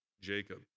Jacob